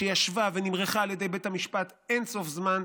וישבה ונמרחה על ידי בית המשפט אין-סוף זמן,